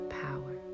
power